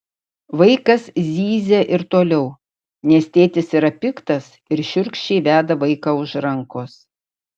vaikas zyzia ir toliau nes tėtis yra piktas ir šiurkščiai veda vaiką už rankos